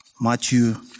Matthew